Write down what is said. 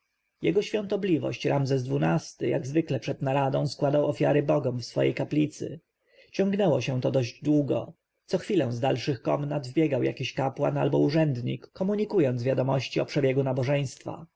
jego świątobliwość ramzes xii-ty jak zwykle przed naradą składał ofiary bogom w swej kaplicy ciągnęło się to dość długo co chwilę z dalszych komnat wbiegał jakiś kapłan albo urzędnik komunikując wiadomości o przebiegu nabożeństwa